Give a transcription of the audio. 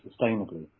sustainably